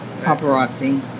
paparazzi